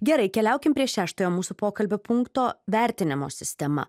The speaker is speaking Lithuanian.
gerai keliaukim prie šeštojo mūsų pokalbio punkto vertinimo sistema